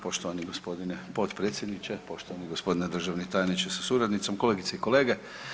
Poštovani g. potpredsjedniče, poštovani gospodine državni tajnice sa suradnicom, kolegice i kolege.